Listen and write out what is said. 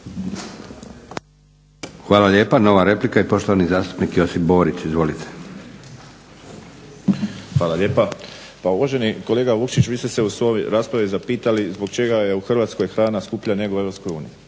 Hvala lijepa. Nova replika i poštovani zastupnik Josip Borić. Izvolite. **Borić, Josip (HDZ)** Hvala lijepa. Pa uvaženi kolega Vukšić, vi ste se u svojoj raspravi zapitali zbog čega je u Hrvatskoj hrana skuplja nego u